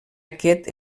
aquest